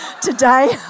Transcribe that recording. today